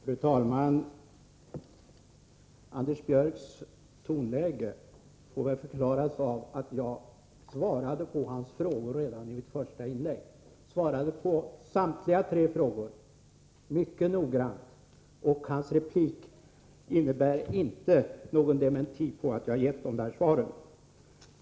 Fru talman! Anders Björcks tonläge får väl förklaras av att jag svarade på hans frågor redan i mitt första inlägg. Jag svarade på samtliga tre frågor mycket noggrant, och hans replik innebär inte någon dementi på att jag har gett dessa svar.